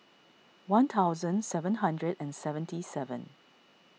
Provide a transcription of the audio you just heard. one thousand seven hundred and seventy seven